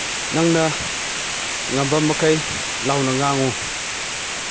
ꯅꯪꯅ ꯉꯝꯕ ꯃꯈꯩ ꯂꯥꯎꯅ ꯉꯥꯡꯉꯨ